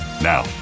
Now